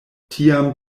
tiam